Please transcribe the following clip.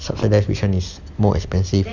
subsidised which is more expensive